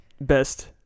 Best